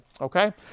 Okay